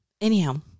Anyhow